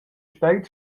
spert